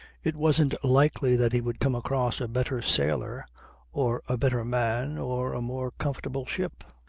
it wasn't likely that he would come across a better sailor or a better man or a more comfortable ship.